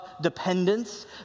dependence